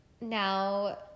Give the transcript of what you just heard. now